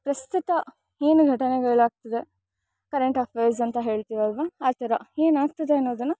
ಪ್ರಸ್ತುತ ಏನು ಘಟನೆಗಳಾಗ್ತಿದೆ ಕರೆಂಟ್ ಅಫೇರ್ಸ್ ಅಂತ ಹೇಳ್ತಿವಲ್ವ ಆ ಥರ ಏನಾಗ್ತದೆ ಅನ್ನೋದನ್ನು